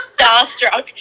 starstruck